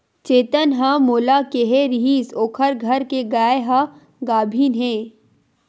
चेतन ह मोला केहे रिहिस ओखर घर के गाय ह गाभिन हे